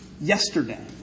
yesterday